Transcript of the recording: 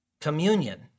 communion